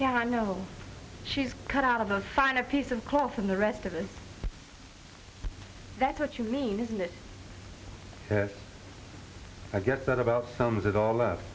yeah i know she's cut out of the find a piece of cloth and the rest of it that's what you mean isn't it i guess that about sums it all up